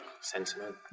sentiment